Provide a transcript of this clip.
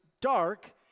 dark